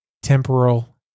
Temporal